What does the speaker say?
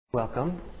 Welcome